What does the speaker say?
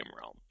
realm